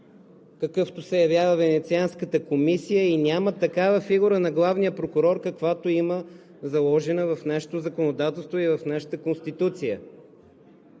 какъвто се явява Венецианската комисия, няма такава фигура на главния прокурор, каквато има заложена в нашето законодателство и в нашата Конституция.